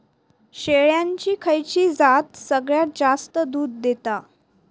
शेळ्यांची खयची जात सगळ्यात जास्त दूध देता?